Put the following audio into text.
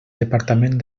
departament